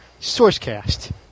Sourcecast